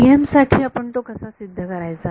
TM साठी आपण तो कसा सिद्ध करायचा